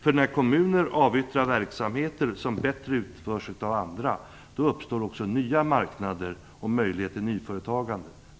För när kommuner avyttrar verksamheter som bättre utförs av andra uppstår också nya marknader och möjligheter till nyföretagande.